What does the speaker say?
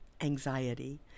anxiety